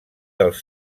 dels